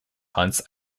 hunts